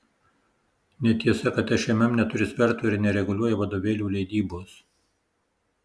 netiesa kad šmm neturi svertų ir nereguliuoja vadovėlių leidybos